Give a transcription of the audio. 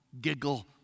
giggle